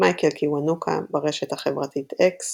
מייקל קיוונוקה, ברשת החברתית אקס